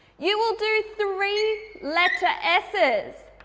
you will do three letter esses